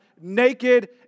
naked